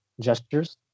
gestures